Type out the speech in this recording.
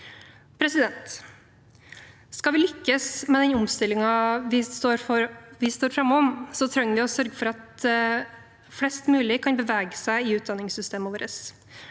det ned. Skal vi lykkes med den omstillingen vi står foran, trenger vi å sørge for at flest mulig kan bevege seg i utdanningssystemet vårt.